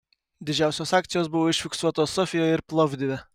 didžiausios akcijos buvo užfiksuotos sofijoje ir plovdive